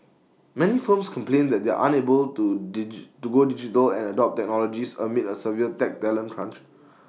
many firms complain that they are unable to go digital and adopt technologies amid A severe tech talent crunch